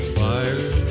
fire